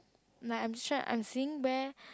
like I am sure I am seeing where